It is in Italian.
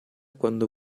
quando